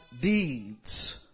deeds